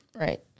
Right